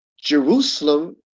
Jerusalem